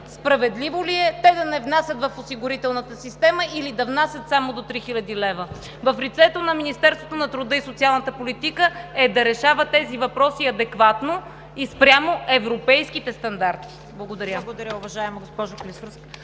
Справедливо ли е те да не внасят в осигурителната система, или да внасят само до 3000 лв.? В лицето на Министерството на труда и социалната политика е да решава тези въпроси адекватно и спрямо европейските стандарти. Благодаря. ПРЕДСЕДАТЕЛ ЦВЕТА КАРАЯНЧЕВА: Благодаря, уважаема госпожо Клисурска.